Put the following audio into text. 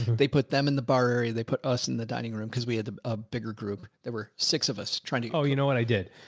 they put them in the bar area. they put us in the dining room. cause we had a bigger group. there were six of us. oh, you know what i did.